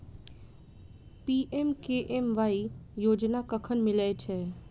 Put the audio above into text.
PMKMY योजना कखन मिलय छै?